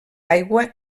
aigua